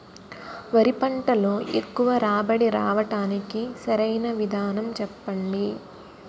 వరి పంటలో ఎక్కువ రాబడి రావటానికి సరైన విధానం చెప్పండి?